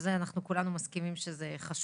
שאנחנו כולנו מסכימים שזה חשוב.